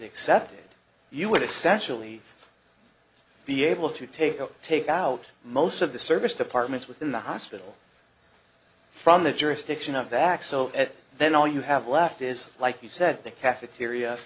accepted you would exceptionally be able to take a take out most of the service departments within the hospital from the jurisdiction of that so then all you have left is like you said the cafeteria